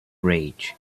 rage